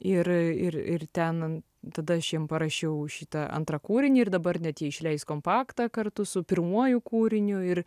ir ir ir ten tada aš jiem parašiau šitą antrą kūrinį ir dabar net jie išleis kompaktą kartu su pirmuoju kūriniu ir